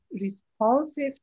responsive